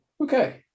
Okay